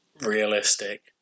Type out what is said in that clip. realistic